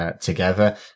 together